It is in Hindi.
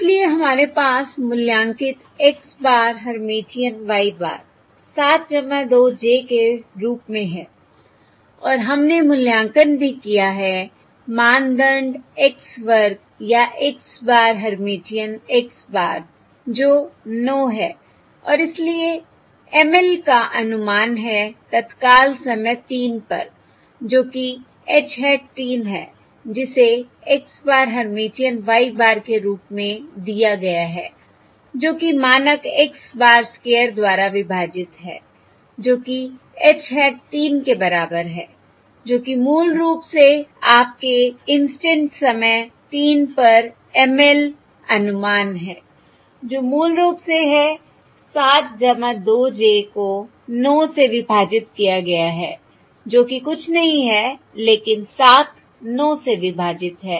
इसलिए हमारे पास मूल्यांकित x bar Hermitian y bar 7 2 j के रूप में है और हमने मूल्यांकन भी किया है मानदंड x वर्ग या x bar Hermitian x bar जो 9 है और इसलिए ML का अनुमान है तत्काल समय 3 पर जो कि h hat 3 है जिसे x bar Hermitian y bar के रूप में दिया गया है जो कि मानक x bar स्क्वायर द्वारा विभाजित है जो कि h hat 3 के बराबर है जो कि मूल रूप से आपके इंस्टैंट समय 3 पर ML अनुमान है जो मूल रूप से है 7 2 j को 9 से विभाजित किया गया है जो कि कुछ नहीं है लेकिन 7 9 से विभाजित है